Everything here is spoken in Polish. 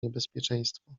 niebezpieczeństwo